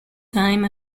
time